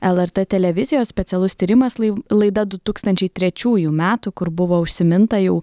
lrt televizijos specialus tyrimas lai laida du tūkstančiai trečiųjų metų kur buvo užsiminta jau